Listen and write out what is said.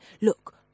look